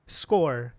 score